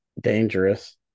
dangerous